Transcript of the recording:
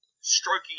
stroking